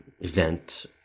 event